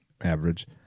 average